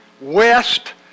west